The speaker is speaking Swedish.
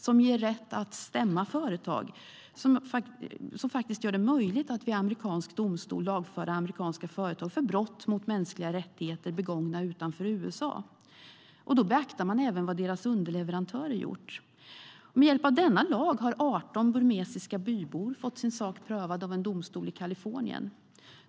Den ger rätten att stämma företag och gör det möjligt att vid amerikansk domstol lagföra amerikanska företag för brott mot mänskliga rättigheter begångna utanför USA. Då beaktar man även vad deras underleverantörer gjort. Med hjälp av denna lag har 18 burmesiska bybor fått sin sak prövad av en domstol i Kalifornien.